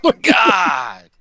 God